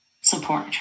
support